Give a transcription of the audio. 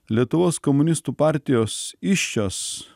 lietuvos komunistų partijos įsčios